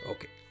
Okay